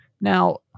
Now